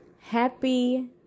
Happy